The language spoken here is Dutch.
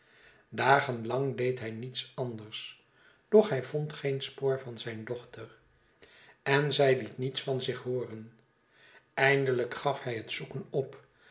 dagen lang deed hij niets anders doch hij vond geen spoor van zijn dochter en zij liet niets van zich hooren eindelijk gaf hij het zoeken op